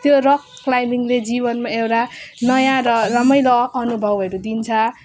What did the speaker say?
त्यो रक क्लाइम्बिङले जीवनमा एउटा नयाँ र रमाइलो अनुभवहरू दिन्छ